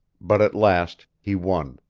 but at last he won.